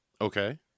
okay